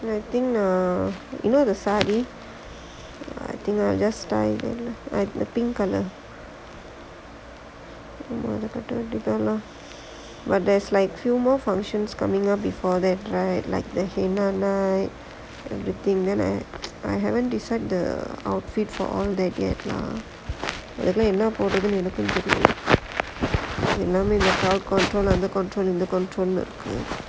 I think err you know the saudi I think are just dye the pink colour but there is two more functions coming before that right like என்னென்னா:ennaennaa I haven decide the outfit all yet ah என்ன போடுறதுன்னு எனக்கும் தெரில எல்லாமே:enna podurathunnu enakkum therila ellaamae under control in the control இருக்கு:irukku